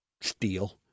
steel